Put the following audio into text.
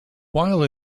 while